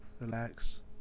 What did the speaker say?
relax